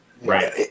Right